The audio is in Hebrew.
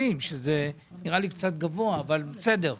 וזה נראה לי קצת גבוה, אבל בסדר.